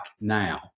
now